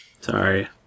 Sorry